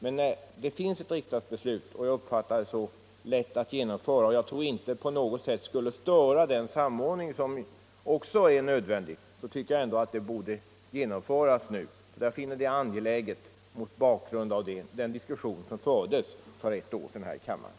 När det finns ett riksdagsbeslut om en ändring som jag uppfattar som lätt att genomföra och som jag tror inte på något sätt skulle störa den samordning som också är nödvändig så borde den genomföras nu. Det finner jag angeläget mot bakgrund av den diskussion som fördes för ett år sedan här i kammaren.